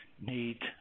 need